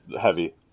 heavy